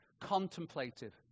contemplative